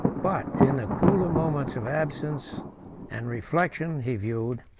but, in the cooler moments of absence and reflection, he viewed,